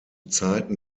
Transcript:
zeiten